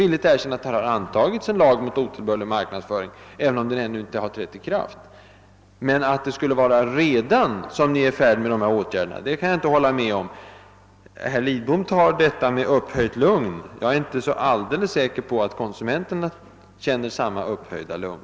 Jag skall erkänna att det har antagits en lag om otillbörlig marknadsföring, även om den inte har trätt i kraft, men att regeringen skulle vara särskilt tidigt ute kan jag inte hålla med om. Herr Lidbom tar detta med upphöjt lugn. Jag är inte säker på att konsumenterna känner samma upphöjda lugn.